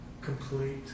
complete